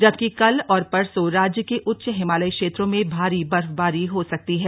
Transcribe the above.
जबकि कल और परसो राज्य के उच्च हिमालयी क्षेत्रों में भारी बर्फबारी हो सकती है